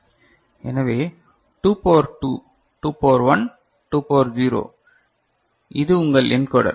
எனவே 2 power 2 2 power 1 2 power 0 இது உங்கள் என்கோடர்